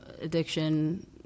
addiction